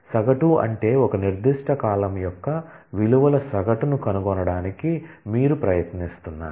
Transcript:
సగటు అంటే ఒక నిర్దిష్ట కాలమ్ యొక్క విలువల సగటును కనుగొనడానికి మీరు ప్రయత్నిస్తున్నారు